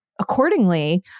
accordingly